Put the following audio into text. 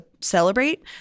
celebrate